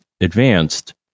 Advanced